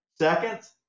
seconds